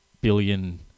billion